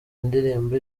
indirimbo